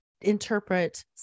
interpret